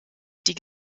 die